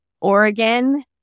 Oregon